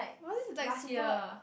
was this like super